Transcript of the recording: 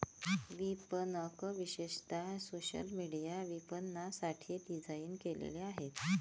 विपणक विशेषतः social media विपणनासाठी डिझाइन केलेले आहेत